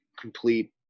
complete